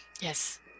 yes